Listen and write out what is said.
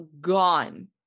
gone